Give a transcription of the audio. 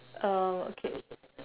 uh okay